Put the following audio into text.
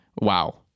wow